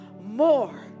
more